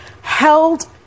held